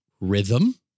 rhythm